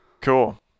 Cool